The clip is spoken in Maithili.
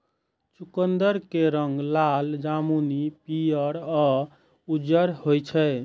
चुकंदर के रंग लाल, जामुनी, पीयर या उज्जर होइ छै